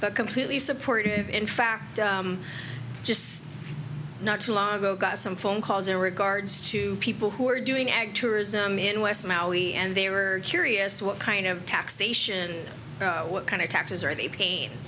but completely supportive in fact just not too long ago got some phone calls in regards to people who are doing ag tourism in west maui and they were curious what kind of taxation what kind of taxes are they